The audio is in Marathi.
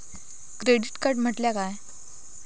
क्रेडिट कार्ड म्हटल्या काय?